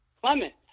Clement